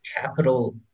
capital